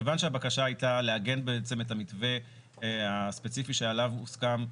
כיוון שהבקשה היתה לעגן בעצם את המתווה הספציפי שעליו הוסכם,